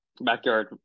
backyard